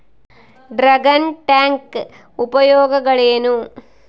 Dragon tank ಉಪಯೋಗಗಳೇನು?